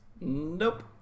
Nope